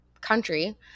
country